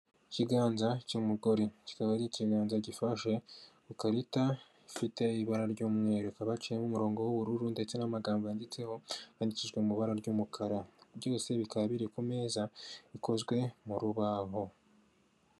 Ikiganza cy'umugoreri kikaba ari ikiganza gifashe ikarita ifite ibara ry'umweru, hakaba haciyemo umurongo w'ubururu ndetse n'amagambo yanditseho yandikishijwe mu ibara ry'umukara, byose bikaba biri ku meza bikozwe mu rubaho.